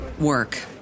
work